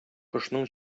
кошның